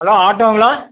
hello ஆட்டோங்களா